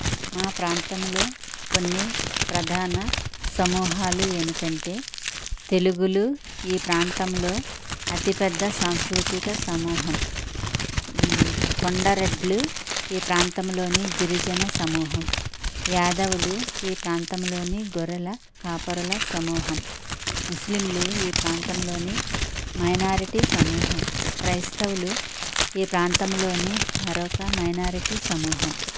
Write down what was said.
మా ప్రాంతంలో కొన్ని ప్రధాన సమూహాలు ఏమిటంటే తెలుగులు ఈ ప్రాంతంలో అతిపెద్ద సంస్కృతిక సమూహం కొండరెడ్లు ఈ ప్రాంతంలోని గిరిజన సమూహం యాదవులు ఈ ప్రాంతంలోని గొర్రెల కాపరుల సమూహం ముస్లింలు ఈ ప్రాంతంలోనే మైనారిటీ సమూహం క్రైస్తవులు ఈ ప్రాంతంలోనే మరొక మైనారిటీ సమూహం